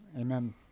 Amen